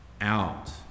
out